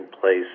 place